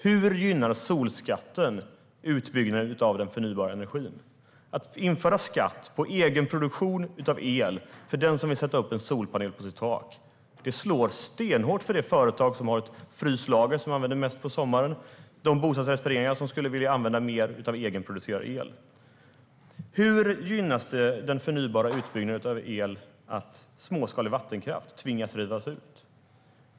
Hur gynnar solskatten utbyggnaden av den förnybara energin? Att införa skatt på egenproduktion av el för den som vill sätta upp en solpanel på sitt tak slår stenhårt mot det företag som har ett fryslager och som använder mest el på sommaren och mot de bostadsrättsföreningar som skulle vilja använda mer av egenproducerad el. Hur gynnas den förnybara utbyggnaden av el av att småskalig vattenkraft tvingas rivas ut?